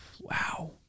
Wow